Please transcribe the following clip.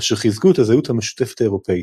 אשר חיזקו את הזהות המשותפת האירופאית.